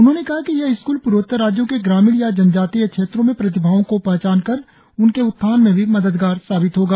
उन्होंने कहा कि यह स्कूल पूर्वोत्तर राज्यों के ग्रामीण या जनजातीय क्षेत्रों में प्रतिभाओं को पहचान और उनके उत्थान में भी मददगार साबित होगा